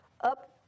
up